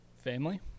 family